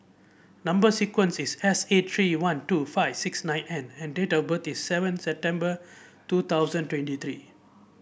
number sequence is S eight three one two five six nine N and date of birth is seven September two thousand twenty three